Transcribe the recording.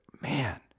man